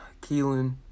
Keelan